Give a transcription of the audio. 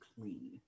clean